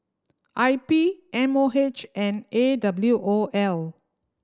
I P M O H and A W O L